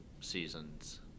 seasons